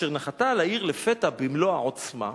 אשר נחתה על העיר לפתע במלוא העוצמה,